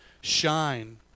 shine